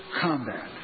combat